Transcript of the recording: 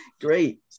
Great